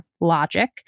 logic